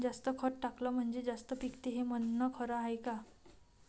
जास्त खत टाकलं म्हनजे जास्त पिकते हे म्हन खरी हाये का?